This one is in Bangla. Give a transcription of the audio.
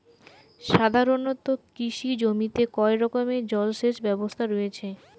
সাধারণত কৃষি জমিতে কয় রকমের জল সেচ ব্যবস্থা রয়েছে?